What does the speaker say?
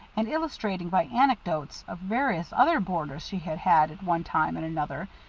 and illustrating by anecdotes of various other boarders she had had at one time and another,